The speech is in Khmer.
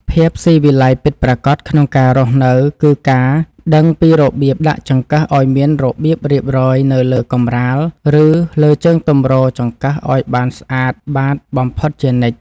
ភាពស៊ីវិល័យពិតប្រាកដក្នុងការរស់នៅគឺការដឹងពីរបៀបដាក់ចង្កឹះឱ្យមានរបៀបរៀបរយនៅលើកម្រាល ឬ លើជើងទម្រចង្កឹះឱ្យបានស្អាតបាតបំផុតជានិច្ច។